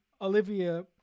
Olivia